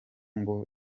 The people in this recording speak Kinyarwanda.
ngo